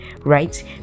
right